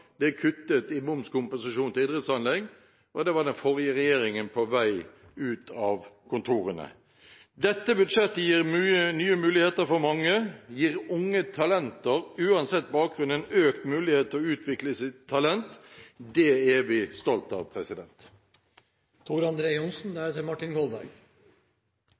er kuttet i momskompensasjonen til idrettsanlegg, og det ble gjort av den forrige regjeringen på vei ut av kontorene. Dette budsjettet gir nye muligheter for mange. Det gir unge talenter, uansett bakgrunn, en økt mulighet til å utvikle sitt talent. Det er vi stolte av.